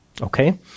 okay